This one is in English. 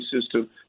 system